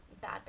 bad